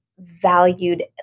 valued